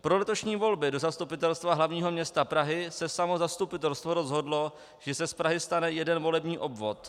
Pro letošní volby do Zastupitelstva hlavního města Prahy se samo zastupitelstvo rozhodlo, že se z Prahy stane jeden volební obvod.